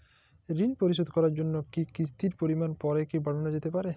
ঋন পরিশোধ করার জন্য কিসতির পরিমান পরে কি বারানো যেতে পারে?